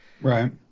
Right